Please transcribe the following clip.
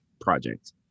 project